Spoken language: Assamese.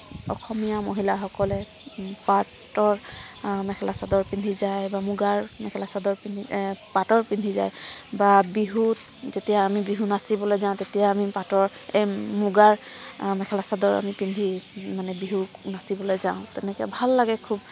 অসমীয়া মহিলাসকলে পাটৰ মেখেলা চাদৰ পিন্ধি যায় বা মুগাৰ মেখেলা চাদৰ পিন্ধি পাটৰ পিন্ধি যায় বা বিহুত যেতিয়া আমি বিহু নাচিবলৈ যাওঁ তেতিয়া আমি পাটৰ এই মুগাৰ মেখেলা চাদৰ পিন্ধি মানে বিহু নাচিবলৈ যাওঁ তেনেকৈ ভাল লাগে খুব